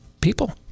people